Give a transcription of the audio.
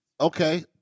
Okay